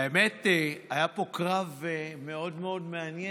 האמת, היה פה קרב מאוד, מאוד מעניין.